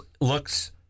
looks